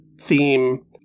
theme